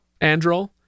Androl